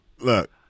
Look